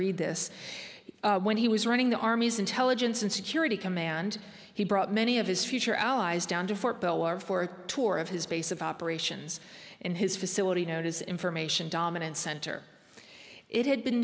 read this when he was running the army's intelligence and security command he brought many of his future allies down to fort belvoir for tour of his base of operations and his facility notice information dominance center it had been